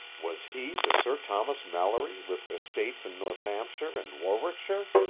was he the sir thomas malory with estates in northampshire and warwickshire?